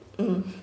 mmhmm